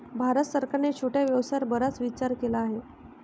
भारत सरकारने छोट्या व्यवसायावर बराच विचार केला आहे